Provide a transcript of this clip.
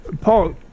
Paul